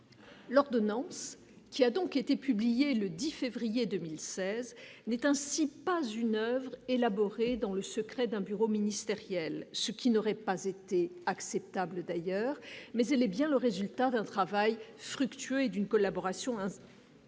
L'ordonnance qui a donc il était publié le 10 février 2016 n'est ainsi pas une oeuvre élaborés dans le secret d'un bureau ministériel, ce qui n'aurait pas été acceptable d'ailleurs, mais il est bien le résultat d'un travail fructueux et d'une collaboration hein.